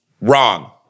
Wrong